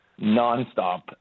nonstop